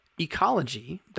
ecology